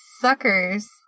suckers